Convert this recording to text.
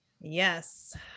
Yes